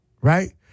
right